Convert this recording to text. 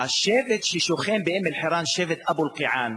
השבט ששוכן באום-אלחיראן, שבט אבו אלקיעאן,